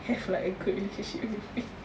if like a good education